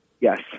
Yes